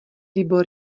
libo